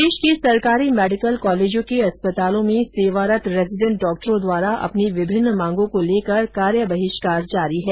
प्रदेश के सरकारी मेडिकल कॉलेजों के अस्पतालों में सेवारत रेजीडेंट डॉक्टरों द्वारा अपनी विभिन्न मांगों को लेकर कार्य बहिष्कार जारी है